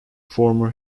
former